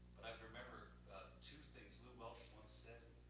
but i remember two things lou welsh once said,